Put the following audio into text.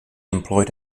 employed